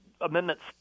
Amendments